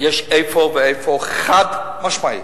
יש איפה ואיפה, חד-משמעית,